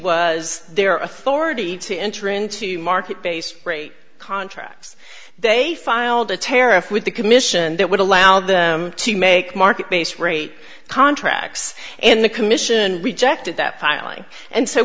was their authority to enter into market based rate contracts they filed a tariff with the commission that would allow them to make market base rate contracts and the commission rejected that filing and s